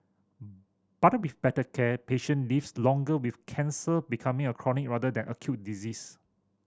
but with better care patient lives longer with cancer becoming a chronic rather than acute disease